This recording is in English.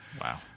Wow